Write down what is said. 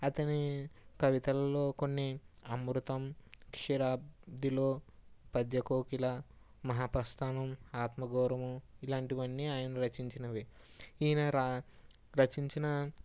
అతని కవితలలో కొన్ని అమృతం క్షీరాబ్దిలో పద్యకోకిల మహాప్రస్థానం ఆత్మగౌరవం ఇలాంటివి అన్నీ ఆయన రచించినవి ఈయన రా రచించిన